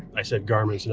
i said garmin